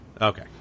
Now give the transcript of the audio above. okay